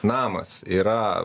namas yra